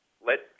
Let